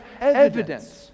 evidence